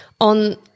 on